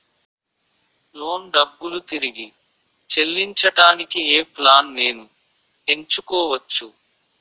Loan డబ్బులు తిరిగి చెల్లించటానికి ఏ ప్లాన్ నేను ఎంచుకోవచ్చు?